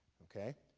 okay?